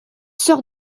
sort